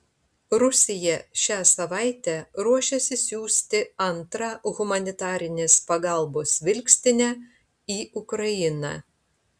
rusija šią savaitę ruošiasi siųsti antrą humanitarinės pagalbos vilkstinę į ukrainą